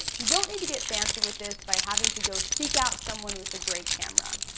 you don't need to get fancy with this by having to go seek out someone with a great camera.